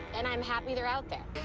and i'm happy they're out there.